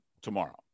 tomorrow